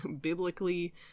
biblically